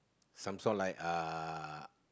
some sort like uh